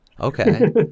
okay